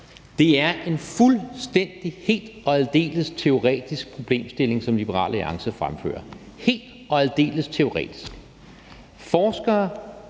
Det er en fuldstændig helt og aldeles teoretisk problemstilling, som Liberal Alliance fremfører – helt og aldeles teoretisk!